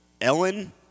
Ellen